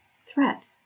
threat